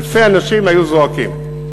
אלפי אנשים היו זועקים.